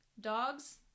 Dogs